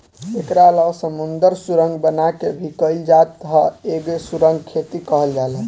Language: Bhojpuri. एकरा अलावा समुंदर सुरंग बना के भी कईल जात ह एके सुरंग खेती कहल जाला